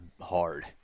hard